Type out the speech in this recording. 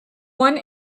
one